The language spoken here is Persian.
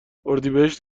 اردیبهشت